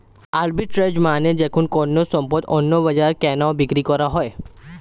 arbitrage মানে যখন কোনো সম্পদ অন্য বাজারে কেনা ও বিক্রি করা হয়